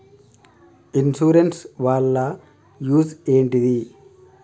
Insurance వాళ్ల use ఏంటిది?